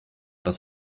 das